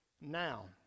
Now